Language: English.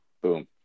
boom